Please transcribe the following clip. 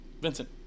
Vincent